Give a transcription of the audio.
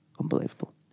unbelievable